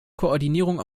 koordinierung